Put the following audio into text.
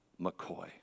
McCoy